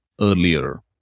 earlier